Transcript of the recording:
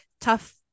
tough